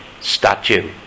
statue